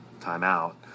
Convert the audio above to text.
timeout